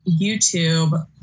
YouTube